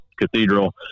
cathedral